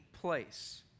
place